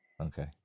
Okay